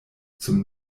zum